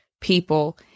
people